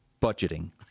Budgeting